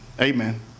Amen